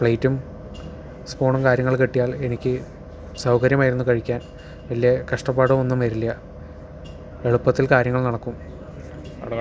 പ്ലേറ്റും സ്പൂണും കാര്യങ്ങളും കിട്ടിയാൽ എനിക്ക് സൗകര്യമായിരുന്നു കഴിക്കാൻ വലിയ കഷ്ടപ്പാടും ഒന്നും വരില്ല എളുപ്പത്തിൽ കാര്യങ്ങൾ നടക്കും